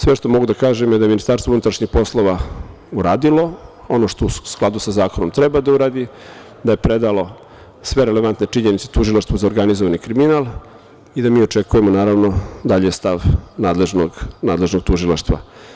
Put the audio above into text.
Sve što mogu da kažem je da je Ministarstvo unutrašnjih poslova uradilo ono što u skladu sa zakonom treba da uradi, da je predalo sve relevantne činjenice Tužilaštvu za organizovani kriminal i da mi očekujemo, naravno, dalje stav nadležnog tužilaštva.